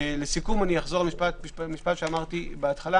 לסיכום, אני אחזור על משפט שאמרתי בהתחלה.